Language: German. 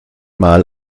mal